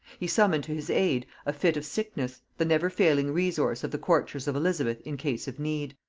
he summoned to his aid a fit of sickness, the never-failing resource of the courtiers of elizabeth in case of need.